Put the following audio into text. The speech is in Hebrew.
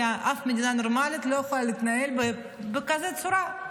כי אף מדינה נורמלית לא יכולה להתנהל בכזו צורה.